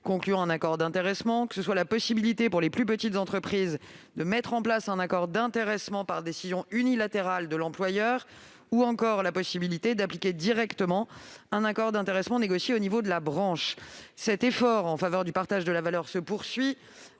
concluant un accord d'intéressement ou en donnant la possibilité aux plus petites entreprises de mettre en place un accord d'intéressement par décision unilatérale de l'employeur ou encore d'appliquer directement un accord d'intéressement négocié au niveau de la branche. Cet effort en faveur du partage de la valeur se poursuit